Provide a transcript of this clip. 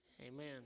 amen